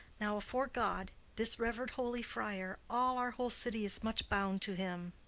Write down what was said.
now, afore god, this reverend holy friar, all our whole city is much bound to him.